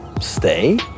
stay